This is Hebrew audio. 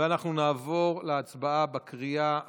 אנחנו נעבור להצבעה בקריאה השלישית.